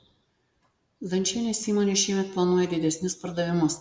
zdančienės įmonė šiemet planuoja didesnius pardavimus